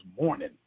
morning